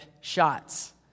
shots